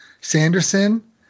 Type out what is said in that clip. Sanderson